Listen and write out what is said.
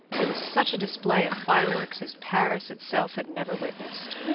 there was such a display of fireworks as paris itself had never witnessed.